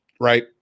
right